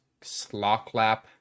Slocklap